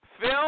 Phil